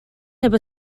heb